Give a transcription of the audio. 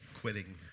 quitting